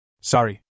Sorry